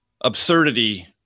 absurdity